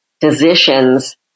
physicians